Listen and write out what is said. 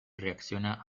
reacciona